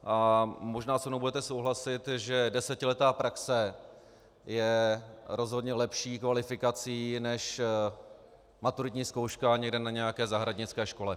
A možná se mnou budete souhlasit, že desetiletá praxe je rozhodně lepší kvalifikací než maturitní zkouška někde na nějaké zahradnické škole.